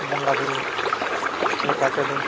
ᱵᱚᱸᱜᱟ ᱵᱳᱨᱳ ᱞᱮᱠᱟ ᱛᱮᱫᱚ